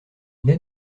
naît